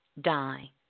die